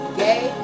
gay